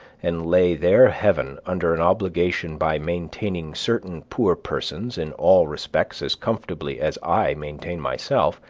and lay their heaven under an obligation by maintaining certain poor persons in all respects as comfortably as i maintain myself,